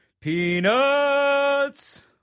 peanuts